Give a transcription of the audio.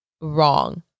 wrong